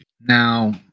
Now